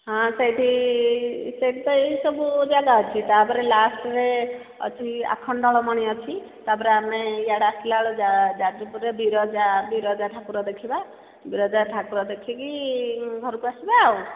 ହଁ ସେଇଠି ସେଇଠି ତ ଏଇ ସବୁ ଅଛି ତା'ପରେ ଲାଷ୍ଟ୍ରେ ଅଛି ଆଖଣ୍ଡଳମଣି ଅଛି ତା'ପରେ ଆମେ ଇଆଡ଼େ ଆସିଲା ବେଳେ ଯାଜପୁରରେ ବିରଜା ବିରଜା ଠାକୁର ଦେଖିବା ବିରଜା ଠାକୁର ଦେଖିକି ଘରକୁ ଆସିବା ଆଉ